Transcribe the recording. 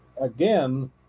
again